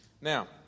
Now